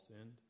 sinned